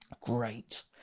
Great